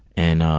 and